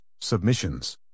submissions